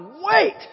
wait